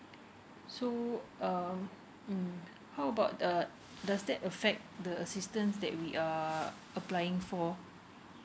so um mm how about uh does that affect the assistance that we are applying for